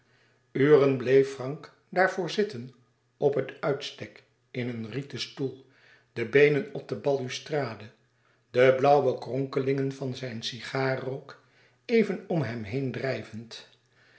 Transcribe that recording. uren bleef frank daar voor zitten op het uitstek in een rieten stoel de beenen op de balustrade de blauwe kronkelingen van zijn sigaarrook even om hem heen drijvend